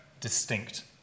distinct